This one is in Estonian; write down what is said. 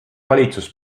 valitsus